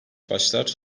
başlar